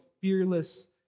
fearless